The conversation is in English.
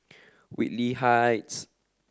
Whitley Heights